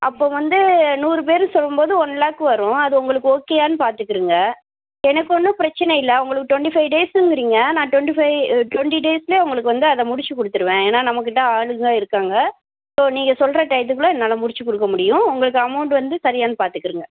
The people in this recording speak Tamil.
அப்போ வந்து நூறு பேர் சொல்லும் போது ஒன் லேக் வரும் அது உங்களுக்கு ஓகேயான்னு பார்த்துக்கிருங்க எனக்கு ஒன்றும் ப்ரச்சனை இல்லை உங்களுக்கு டொன்ட்டி ஃபைவ் டேஸ்ஸுங்குறீங்க நான் டொன்ட்டி ஃபைவ் டொன்ட்டி டேஸ்லயே உங்களுக்கு வந்து அதை முடிச்சுக் கொடுத்துருவேன் ஏன்னா நம்ம கிட்ட ஆளுக இருக்காங்க ஸோ நீங்கள் சொல்லுற டயத்துக்குள்ளே என்னால் முடிச்சுக்கொடுக்க முடியும் உங்களுக்கு அமௌன்டு வந்து சரியான்னு பார்த்துக்கிருங்க